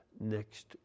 next